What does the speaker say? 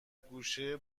گوشه